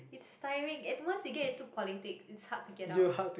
its tiring and once you get into politics it's hard to get out